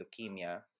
leukemia